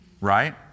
right